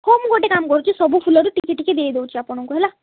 ହଉ ମୁଁ ଗୋଟେ କାମ କରୁଛି ସବୁ ଫୁଲରୁ ଟିକେ ଟିକେ ଦେଇଦେଉଛି ଆପଣଙ୍କୁ ହେଲା